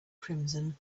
crimson